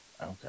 Okay